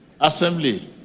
assembly